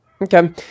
Okay